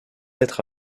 être